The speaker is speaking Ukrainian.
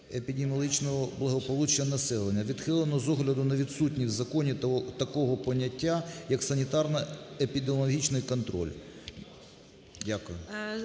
епідеміологічного благополуччя населення". Відхилено з огляду на відсутність в законі такого поняття як "санітарно-епідеміологічний контроль". Дякую.